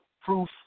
proof